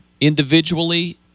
individually